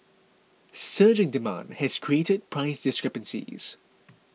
surging demand has created price discrepancies